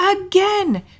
again